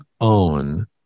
own